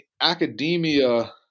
academia